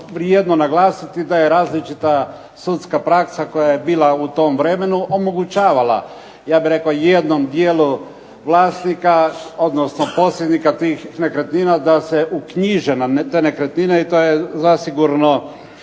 vrijedno naglasiti da je različita sudska praksa koja je bila u tom vremenu omogućavala, ja bih rekao jednom dijelu vlasnika, odnosno posjednika tih nekretnina da se uknjiže na te nekretnine i to je zasigurno